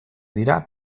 dira